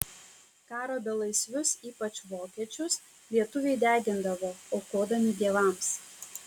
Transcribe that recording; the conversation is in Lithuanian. karo belaisvius ypač vokiečius lietuviai degindavo aukodami dievams